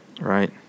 Right